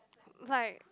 like